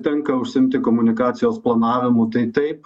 tenka užsiimti komunikacijos planavimu tai taip